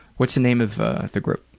what's the name of the group?